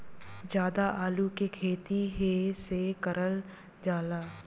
जादा आलू के खेती एहि से करल जाला